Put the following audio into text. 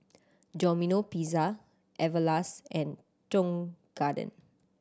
Domino Pizza Everlast and Tong Garden